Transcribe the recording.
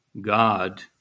God